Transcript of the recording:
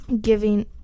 giving